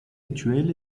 actuel